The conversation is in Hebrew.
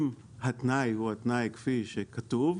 אם התנאי הוא התנאי כפי שכתוב,